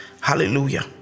Hallelujah